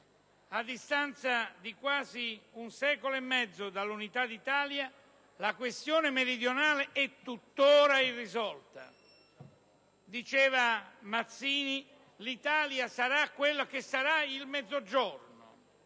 A distanza di quasi un secolo e mezzo dall'unità d'Italia, la questione meridionale è tuttora irrisolta. Diceva Mazzini: «L'Italia sarà quello che sarà il Mezzogiorno».